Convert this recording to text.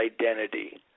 identity